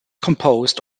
composed